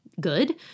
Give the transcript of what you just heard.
good